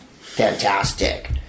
Fantastic